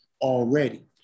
already